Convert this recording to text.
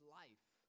life